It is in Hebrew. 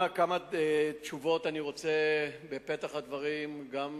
בפתח הדברים אני רוצה לתת כמה תשובות גם